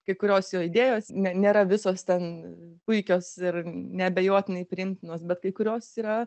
kai kurios jo idėjos ne nėra visos ten puikios ir neabejotinai priimtinos bet kai kurios yra